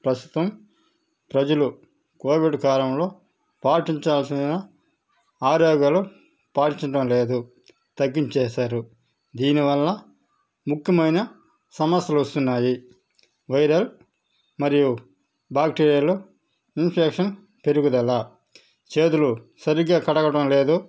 ప్రస్తుతం ప్రజలు కోవిడ్ కాలంలో పాటించాల్సిన ఆరోగ్యాలు పాటించడం లేదు తగ్గించేశారు దీనివల్ల ముఖ్యమైన సమస్యలు వస్తున్నాయి వైరల్ మరియు బాక్టీరియల్ ఇన్ఫెక్షన్ పెరుగుదల చేతులు సరిగా కడగడం లేదు